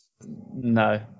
No